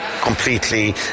completely